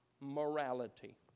morality